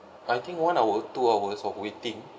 I think one hour two hours of waiting